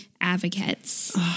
advocates